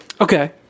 Okay